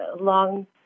Long